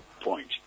point